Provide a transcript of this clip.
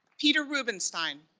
peter rubenstein.